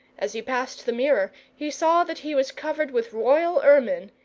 as he passed the mirror he saw that he was covered with royal ermine,